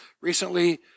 recently